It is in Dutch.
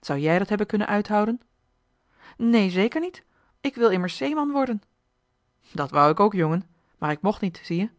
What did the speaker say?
zou jij dat hebben kunnen uithouden neen zeker niet ik wil immers zeeman worden dat wou ik ook jongen maar ik mocht niet zie-je